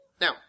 Now